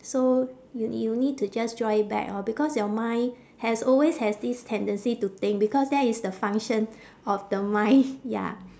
so you n~ you need to just draw it back orh because your mind has always has this tendency to think because that is the function of the mind ya